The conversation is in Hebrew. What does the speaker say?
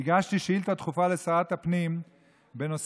הגשתי שאילתה דחופה לשרת הפנים בנושא